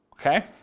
Okay